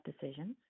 decisions